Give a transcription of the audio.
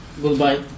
Goodbye